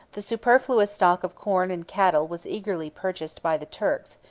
the superfluous stock of corn and cattle was eagerly purchased by the turks,